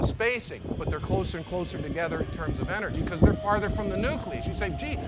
spacing, but they're closer and closer together in terms of energy. because they're farther from the nucleus. you say, gee,